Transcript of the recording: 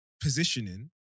positioning